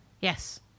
Yes